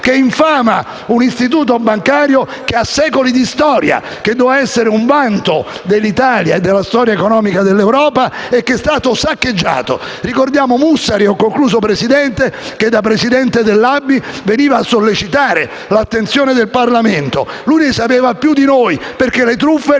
che infama un istituto bancario che ha secoli di storia, che doveva essere un vanto dell'Italia e della storia economica dell'Europa, e che è stato saccheggiato! Concludendo, signora Presidente, ricordiamo Mussari, che da presidente dell'ABI veniva a sollecitare l'attenzione del Parlamento: lui ne sapeva più di noi, perché le truffe le ha